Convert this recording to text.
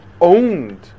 owned